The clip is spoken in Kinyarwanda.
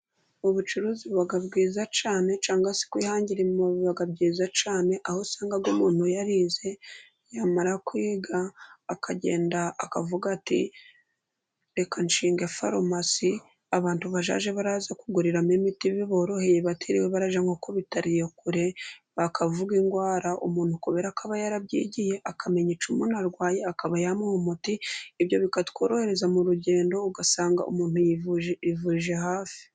Ubucuruzi buba bwiza cyane, cyangwa se kwihangira baga umurimo byiza cyane, aho usanga umuntu yarize, yamara kwiga akagenda akavuga ati reka nshinge farumasi, abantu bazajye baraza kuguriramo imiti biboroheye batiriwe barajya ku bitaro iyo kure ,bakavuga indwara, umuntu kubera ko aba yarabyigiye akamenya icyo umuntu arwaye ,akaba yamuha umuti, ibyo bikatworohereza mu rugendo ugasanga umuntu yirivuje hafi.